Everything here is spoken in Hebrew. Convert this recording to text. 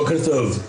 בוקר טוב.